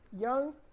Young